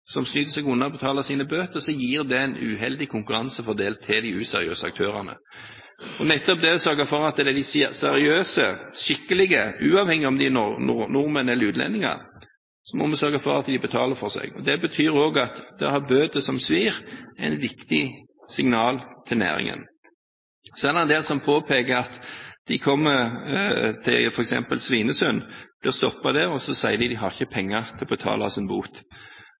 seg unna å betale bøter, gir det en uheldig konkurransefordel til de useriøse aktørene. Uavhengig av om de er nordmenn eller utlendinger – vi må sørge for at de betaler for seg. Det betyr at det å ha bøter som svir, er et viktig signal til næringen. En del kommer til f.eks. Svinesund, blir stoppet og sier at de ikke har penger til å betale sine bøter. Jeg lurer da på hvordan de har penger til å betale drivstoff eller mat. Det er åpenbart at hvis de ikke har med seg kontanter eller kredittkort i vogntoget, har de ikke noe å